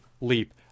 leap